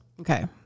Okay